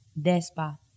Despa